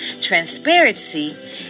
transparency